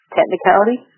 Technicality